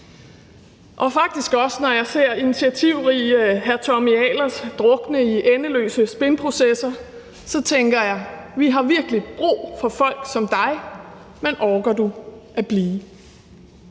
og faktisk også, når jeg ser initiativrige hr. Tommy Ahlers drukne i endeløse spinprocesser. Der tænker jeg: Vi har virkelig brug for folk som dig, men orker du at blive?